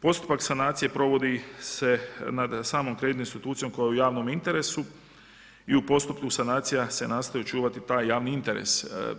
Postupak sanacije provodi se nad samom kreditnom institucijom koja je u javnom interesu i u postupku sanacija se nastoji očuvati taj javni interes.